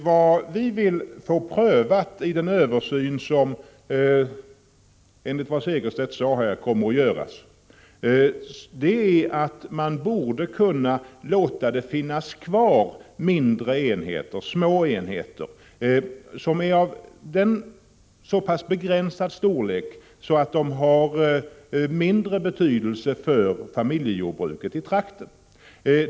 Vad vi vill få prövat i den översyn som enligt vad Martin Segerstedt säger kommer att göras är om inte enheter, som är av så begränsad storlek att de har mindre betydelse för familjejordbruket i trakten, skall få finnas kvar.